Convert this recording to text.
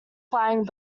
flying